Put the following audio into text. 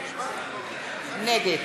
נגד